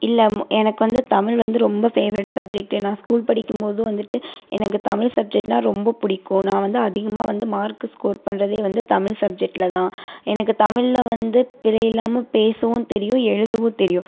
இல்லை எனக்கு வந்து தமிழ் வந்து ரொம்ப ஃபேவரட் சப்ஜெக்ட்டு நான் ஸ்கூல் படிக்கும்போதும் வந்துட்டு எனக்கு தமிழ் சப்ஜெக்ட்னால் ரொம்ப பிடிக்கும் நான் வந்து அதிகமாக வந்து மார்க்கு ஸ்கோர் பண்ணுறதே வந்து தமிழ் சப்ஜெக்ட்ல தான் எனக்கு தமிழ்ல வந்து பிழையில்லாமல் பேசவும் தெரியும் எழுதவும் தெரியும்